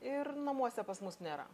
ir namuose pas mus nėra